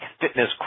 fitness